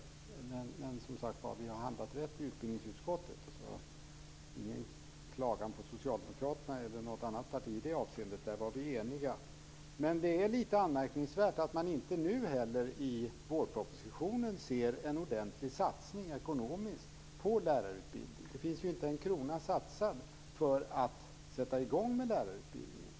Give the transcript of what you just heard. Men utbildningsutskottet har som sagt var handlat rätt - ingen klagan på Socialdemokraterna eller något annat parti i det avseendet. Där var vi eniga. Men det är litet anmärkningsvärt att man inte heller nu i vårpropositionen ser en ordentlig ekonomisk satsning på lärarutbildningen. Det finns inte en krona satsad för att sätta i gång lärarutbildningen.